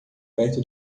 perto